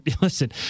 listen